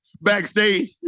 backstage